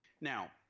Now